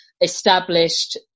established